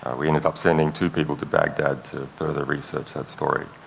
we ended up sending two people to baghdad to further research that story.